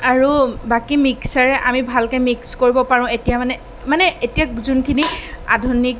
আৰু বাকী মিক্সাৰে আমি ভালকৈ মিক্স কৰিব পাৰোঁ এতিয়া মানে মানে এতিয়া যোনখিনি আধুনিক